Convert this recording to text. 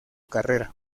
carrera